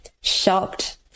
shocked